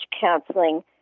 counseling